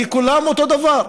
כי כולם אותו דבר,